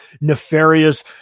nefarious